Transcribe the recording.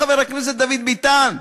חבר הכנסת דוד ביטן.